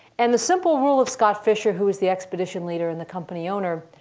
and the simple rule of scott fischer, who was the expedition leader and the company owner,